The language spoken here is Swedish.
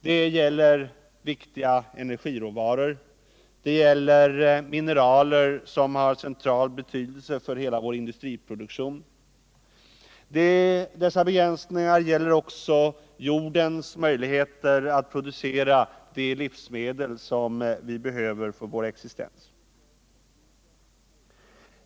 Det gäller viktiga energiråvaror, det gäller mineraler som har central betydelse för hela vår industriproduktion. Dessa begränsningar gäller också jordens möjligheter att producera de livsmedel som vi behöver för vår existens.